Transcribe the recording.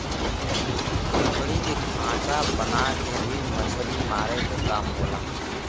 लकड़ी के खांचा बना के भी मछरी मारे क काम होला